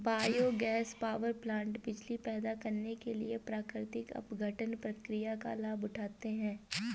biogas power plant बिजली पैदा करने के लिए प्राकृतिक अपघटन प्रक्रिया का लाभ उठाते हैं